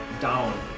down